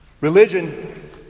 Religion